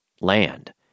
Land